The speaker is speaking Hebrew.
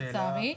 לצערי.